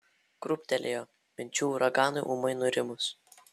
krūptelėjo minčių uraganui ūmai nurimus